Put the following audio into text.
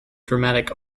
dramatic